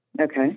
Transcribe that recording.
Okay